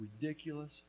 ridiculous